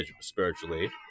spiritually